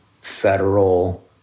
federal